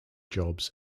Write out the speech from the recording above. jobs